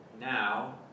now